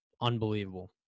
Unbelievable